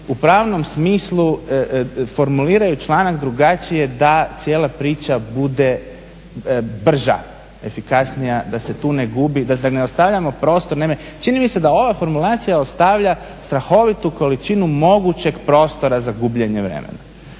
u pravnom smislu formuliraju članak drugačije da cijela priča bude brža, efikasnija, da se tu ne gubi, da ne ostavljamo prostor. Naime, čini mi se da ova formulacija ostavlja strahovitu količinu mogućeg prostora za gubljenje vremena.